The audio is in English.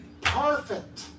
perfect